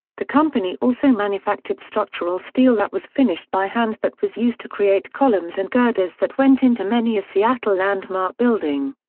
the company also manufactured structural steel that was finished by hand that was used to create columns and girders that went into many a seattle landmark building.